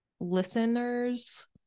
Listeners